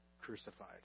crucified